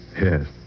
Yes